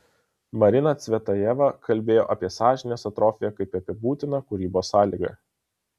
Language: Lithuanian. marina cvetajeva kalbėjo apie sąžinės atrofiją kaip apie būtiną kūrybos sąlygą